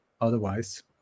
otherwise